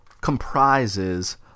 comprises